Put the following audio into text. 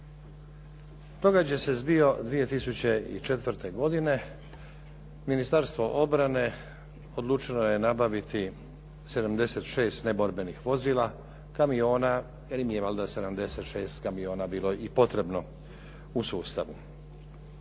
Događaj se zbio 2004. godine. Ministarstvo obrane odlučilo je nabaviti 76 neborbenih vozila, kamiona, jer im je valjda 76 kamiona bilo i potrebno u sustavu.